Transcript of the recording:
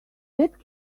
that